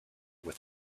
with